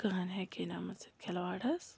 کٕہٕنۍ ہیٚکہ ہے نہٕ یِمَن سۭتۍ کھِلواڑ حظ